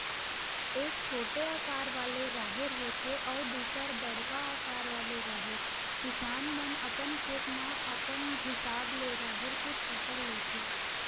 एक छोटे अकार वाले राहेर होथे अउ दूसर बड़का अकार वाले राहेर, किसान मन अपन खेत म अपन हिसाब ले राहेर के फसल लेथे